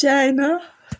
China